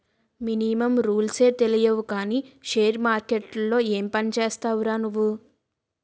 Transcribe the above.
Minimum రూల్సే తెలియవు కానీ షేర్ మార్కెట్లో ఏం పనిచేస్తావురా నువ్వు?